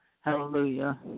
Hallelujah